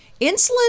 insulin